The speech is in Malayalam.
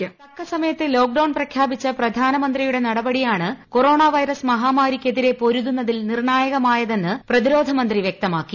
വോയ്സ് തക്കസമയത്ത് ലോക്ഡൌൺ പ്രഖ്യാപിച്ച പ്രധാനമന്ത്രിയുടെ നടപടിയാണ് കൊറോണ വൈറസ് മഹാമാരിക്കെതിരെ പൊരുതുന്നതിൽ നിർണ്ണായകമായതെന്ന് പ്രതിരോധ മന്ത്രി വ്യക്തമാക്കി